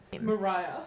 Mariah